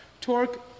Torque